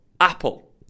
Apple